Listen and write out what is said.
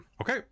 Okay